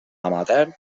amateur